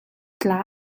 tla